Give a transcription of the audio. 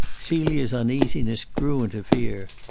celia's uneasiness grew into fear.